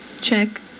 Check